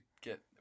get